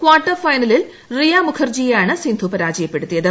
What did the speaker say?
quarter ഫൈനലിൽ റിയ മുഖർജിയെയാണ് സിന്ധു പരാജയപ്പെടുത്തിയത്